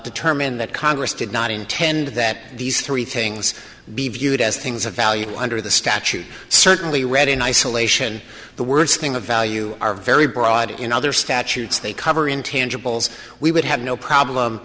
determine that congress did not intend that these three things be viewed as things of value under the statute certainly read in isolation the worst thing of value are very broad in other statutes they cover intangibles we would have no problem